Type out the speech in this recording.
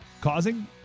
causing